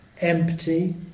empty